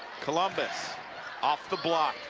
columbus off the block